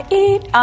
eat